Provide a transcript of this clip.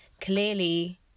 clearly